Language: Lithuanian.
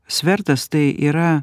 svertas tai yra